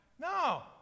No